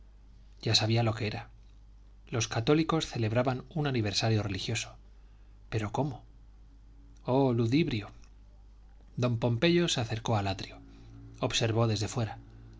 ya sabía lo que era los católicos celebraban un aniversario religioso pero cómo oh ludibrio don pompeyo se acercó al atrio observó desde fuera